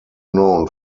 known